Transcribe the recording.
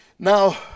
Now